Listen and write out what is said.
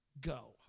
Go